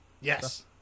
Yes